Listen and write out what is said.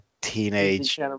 teenage